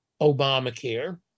Obamacare